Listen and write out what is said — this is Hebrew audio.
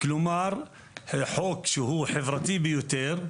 כלומר חוק שהוא חברתי ביותר,